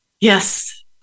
Yes